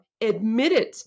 admitted